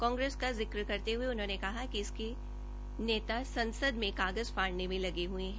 कांग्रेस का जिक करते हुए उन्होंने कहा कि इसके नेता संसद में कागज फाड़ने में लगे हुए हैं